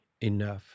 enough